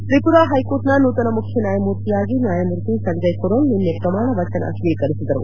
ತ್ರಿಪುರಾ ಹೈಕೋರ್ಟ್ನ ನೂತನ ಮುಖ್ಯ ನ್ಯಾಯಮೂರ್ತಿಯಾಗಿ ನ್ಯಾಯಮೂರ್ತಿ ಸಂಜಯ್ ಕರೋಲ್ ನಿನ್ನೆ ಪ್ರಮಾಣವಚನ ಸ್ವೀಕರಿಸಿದರು